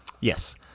Yes